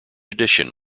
edition